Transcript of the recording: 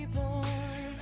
boy